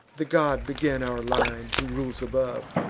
the god began our line, who rules above